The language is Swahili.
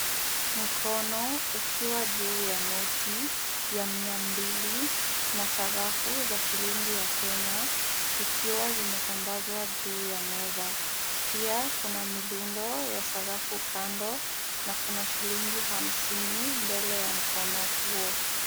Mkono ukiwa juu ya noti ya mia mbili na sarafu za shilingi ya Kenya, zikiwa zimetandazwa juu ya meza. Pia kuna mirundo ya sarafu kando, na kuna shilingi hamsini mbele ya mkono huo.